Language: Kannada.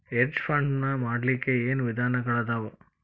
ಹೆಡ್ಜ್ ಫಂಡ್ ನ ಮಾಡ್ಲಿಕ್ಕೆ ಏನ್ ವಿಧಾನಗಳದಾವು?